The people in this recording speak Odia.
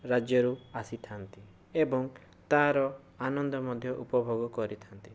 ରାଜ୍ୟରୁ ଆସିଥାନ୍ତି ଏବଂ ତାର ଆନନ୍ଦ ମଧ୍ୟ ଉପଭୋଗ କରିଥାନ୍ତି